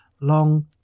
Long